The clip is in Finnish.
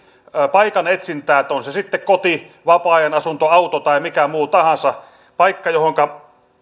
paikan etsintää on se sitten koti vapaa ajan asunto auto tai mikä muu paikka tahansa johonka